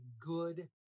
good